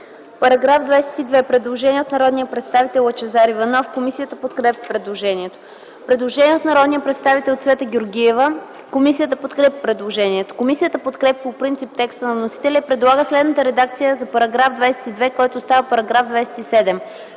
По § 22 има предложение от народния представител Лъчезар Иванов. Комисията подкрепя предложението. Има предложение на народния представител Цвета Георгиева. Комисията подкрепя предложението. Комисията подкрепя по принцип текста на вносителя и предлага следната редакция за § 22, който става § 27: „§ 27.